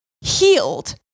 healed